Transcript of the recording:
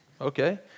Okay